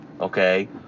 okay